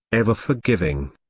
ever-forgiving.